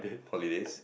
holidays